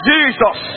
Jesus